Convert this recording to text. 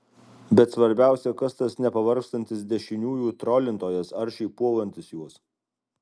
bet svarbiausia kas tas nepavargstantis dešiniųjų trolintojas aršiai puolantis juos